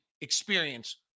experience